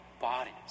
bodies